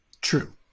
True